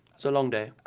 so long day.